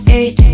eight